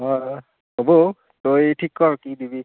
অ' হ'ব তই ঠিক কৰ কি দিবি